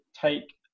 take